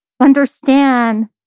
understand